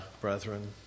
brethren